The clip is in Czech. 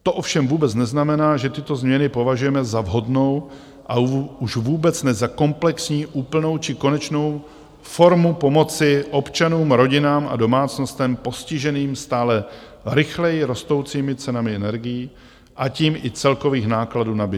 To ovšem vůbec neznamená, že tyto změny považujeme za vhodnou, a už vůbec ne za komplexní, úplnou či konečnou formu pomoci občanům, rodinám a domácnostem postiženým stále rychleji rostoucími cenami energií, a tím i celkových nákladů na bydlení.